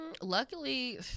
Luckily